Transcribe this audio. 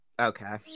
Okay